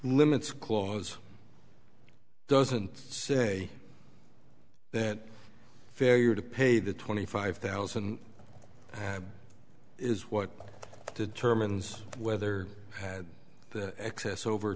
limits clause doesn't say that failure to pay the twenty five thousand is what determines whether had access over